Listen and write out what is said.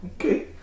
Okay